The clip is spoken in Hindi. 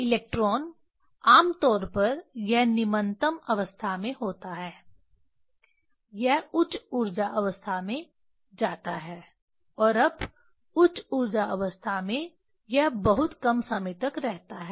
इलेक्ट्रॉन आम तौर पर यह निम्नतम अवस्था में होता है यह उच्च ऊर्जा अवस्था में जाता है और अब उच्च ऊर्जा अवस्था में यह बहुत कम समय तक रहता है